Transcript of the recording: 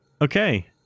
Okay